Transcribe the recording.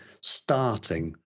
starting